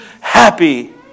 happy